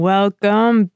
Welcome